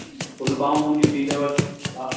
full बांहूं मुंहिंजी थींदव